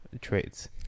traits